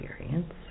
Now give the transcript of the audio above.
experience